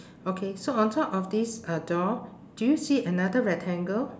okay so on top of this uh door do you see another rectangle